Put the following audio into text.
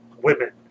women